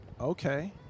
Okay